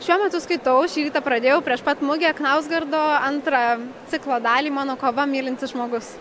šiuo metu skaitau šįrytą pradėjau prieš pat mugę krauzgardo antrą ciklo dalį mano kova mylintis žmogus